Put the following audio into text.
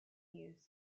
use